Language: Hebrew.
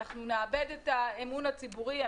אנחנו נאבד את האמון הציבורי,